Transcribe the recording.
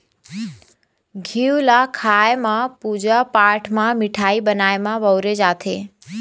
घींव ल खाए म, पूजा पाठ म, मिठाई बनाए म बउरे जाथे